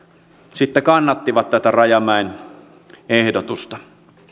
sitten kannattivat tätä rajamäen ehdotusta